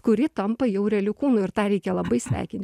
kuri tampa jau realiu kūnu ir tą reikia labai sveikin